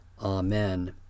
Amen